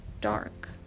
dark